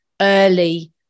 early